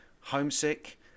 homesick